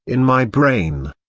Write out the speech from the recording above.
in my brain,